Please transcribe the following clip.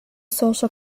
social